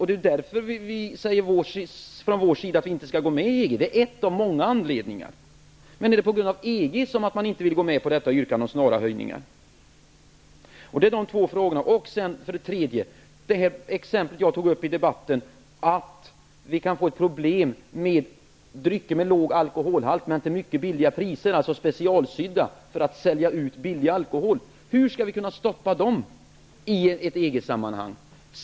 Det är därför vi säger att vi inte skall gå med i EG. Det är en av många anledningar. Är det på grund av EG som man inte vill gå med på detta yrkande om snara höjningar? I debatten tog jag upp att vi kan få ett problem med drycker med låg alkoholhalt som säljs till mycket låga priser. Man ''specialsyr'' för att sälja ut billig alkohol. Hur skall vi kunna stoppa detta i ett EG sammanhang?